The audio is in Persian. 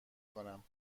کنم